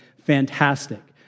fantastic